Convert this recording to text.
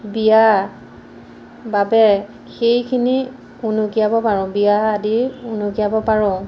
বিয়া বাবে সেইখিনি উনুকিয়াব পাৰোঁ বিয়া আদি উনুকিয়াব পাৰোঁ